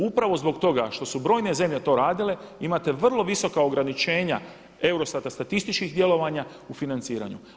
Upravo zbog toga što su brojne zemlje to radile imate vrlo visoka ograničenja EUROSTAT-a statističkih djelovanja u financiranju.